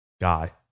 Guy